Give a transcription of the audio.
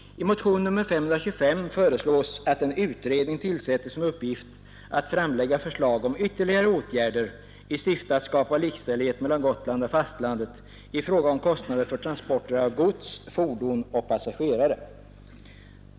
I motionen 525 föreslås att en utredning tillsättes med uppgift att framlägga förslag om ytterligare åtgärder i syfte att skapa likställighet mellan Gotland och fastlandet i fråga om kostnader för transporter av gods, fordon och passagerare.